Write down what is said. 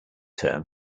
term